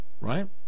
right